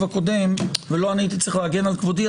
הקודם ולא אני הייתי צריך להגן על כבודי,